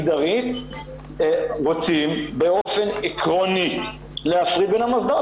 רוצים באופן עקרוני להפריד בין המוסדות?